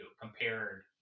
compared